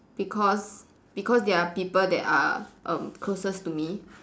because because they are people that are um closest to me